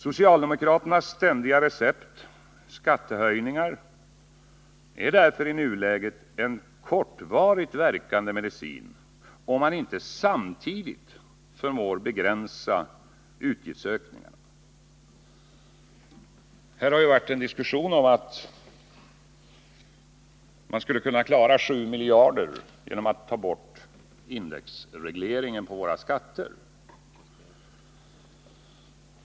Socialdemokraternas ständiga recept — skattehöjningar — är därför i nuläget en kortvarigt verkande medicin, om man inte samtidigt förmår begränsa utgiftsökningarna. Här har förts en diskussion om att man skulle kunna klara 7 miljarder genom att ta bort indexregleringen på våra skatter.